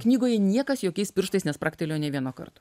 knygoje niekas jokiais pirštais nespragtelėjo nė vieno karto